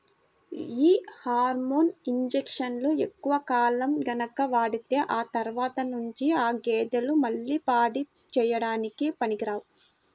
యీ హార్మోన్ ఇంజక్షన్లు ఎక్కువ కాలం గనక వాడితే ఆ తర్వాత నుంచి ఆ గేదెలు మళ్ళీ పాడి చేయడానికి పనికిరావు